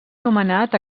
nomenat